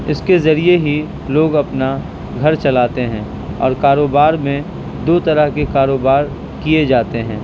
اس کے ذریعہ ہی لوگ اپنا گھر چلاتے ہیں اور کاروبار میں دو طرح کے کاروبار کیے جاتے ہیں